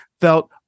felt